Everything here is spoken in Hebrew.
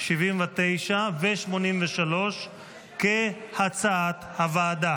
79 ו-83 כהצעת הוועדה.